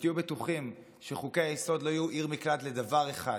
ותהיו בטוחים שחוקי-היסוד לא יהיו עיר מקלט לדבר אחד,